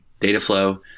Dataflow